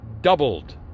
doubled